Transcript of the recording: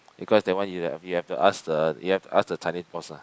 because that one you have you have to ask the you have to ask the Chinese boss ah